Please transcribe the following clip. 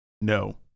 No